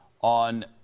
on